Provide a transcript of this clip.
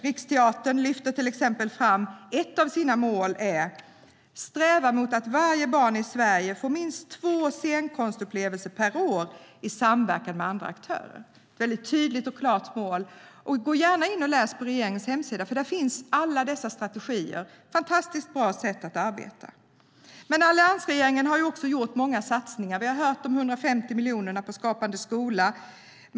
Riksteatern lyfter fram att ett av deras mål är att sträva mot att varje barn i Sverige får minst två scenkonstupplevelser per år i samverkan med andra aktörer. Det är ett väldigt tydligt och klart mål. Gå gärna in och läs på regeringens hemsida, för där finns alla dessa strategier! Detta är ett fantastiskt bra sätt att arbeta på. Alliansregeringen har också gjort många satsningar. Vi har hört om de 150 miljonerna till Skapande skola.